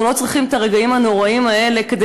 אנחנו לא צריכים את הרגעים הנוראיים האלה כדי